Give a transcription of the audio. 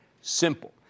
Simple